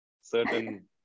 certain